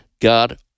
god